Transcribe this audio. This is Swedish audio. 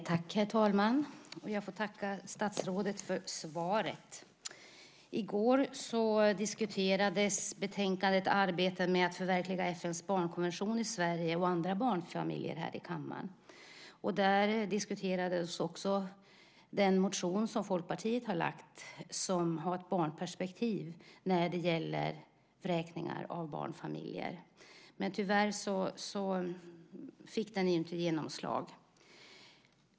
Herr talman! Jag tackar statsrådet för svaret. I går diskuterades betänkandet Arbetet med att förverkliga FN:s barnkonvention i Sverige och andra barnfrågor här i kammaren. Då diskuterades också den motion från Folkpartiet som har ett barnperspektiv när det gäller vräkningar av barnfamiljer. Men tyvärr fick den inte genomslag.